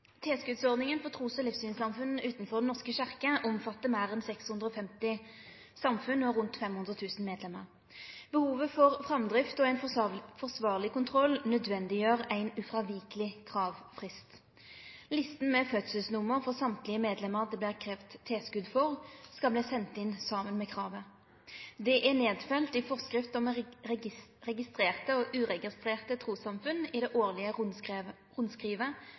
og livssynssamfunn utanfor Den norske kyrkja omfattar meir enn 650 samfunn og rundt 500 000 medlemer. Behovet for framdrift og ein forsvarleg kontroll gjer det naudsynt med ein ufråvikeleg kravfrist. Lista med fødselsnummer for alle medlemer som det vert kravd tilskott for, skal verte send inn saman med kravet. Det er nedfelt i Forskrift om registrerte og uregistrerte trossamfunn og i det årlege rundskrivet